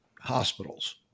hospitals